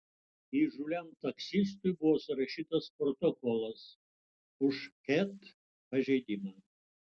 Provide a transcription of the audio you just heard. įžūliam taksistui buvo surašytas protokolas už ket pažeidimą